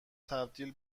تبدیل